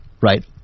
right